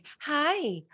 Hi